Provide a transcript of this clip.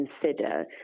consider